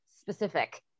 specific